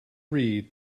read